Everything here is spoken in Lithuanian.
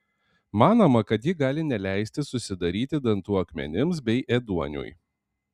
manoma kad ji gali neleisti susidaryti dantų akmenims bei ėduoniui